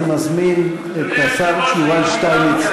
אני מזמין את השר יובל שטייניץ,